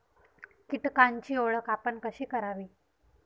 कीटकांची ओळख आपण कशी करावी?